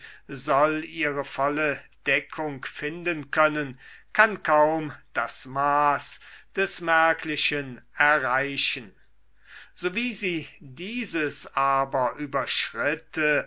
soll ihre volle deckung finden können kann kaum das maß des merklichen erreichen sowie sie dieses aber überschritte